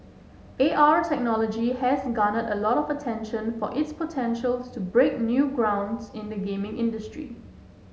A R technology has garnered a lot of attention for its potentials to break new ground's in the gaming industry